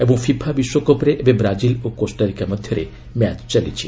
ଏବଂ ଫିଫା ବିଶ୍ୱକପ୍ରେ ଏବେ ବ୍ରାଜିଲ୍ ଓ କୋଷ୍ଟାରିକା ମଧ୍ୟରେ ମ୍ୟାଚ୍ ଚାଲିଛି